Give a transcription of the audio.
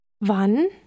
Wann